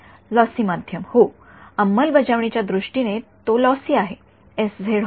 lossy माध्यम होय अंमलबजावणीच्या दृष्टीने तो लॉसी आहे एस झेड होय